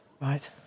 Right